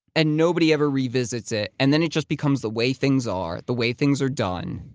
and nobody ever revisits it. and then it just becomes the way things are. the way things are done.